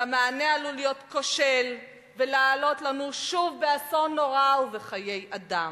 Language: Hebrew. והמענה עלול להיות כושל ולעלות לנו שוב באסון נורא ובחיי אדם.